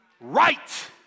right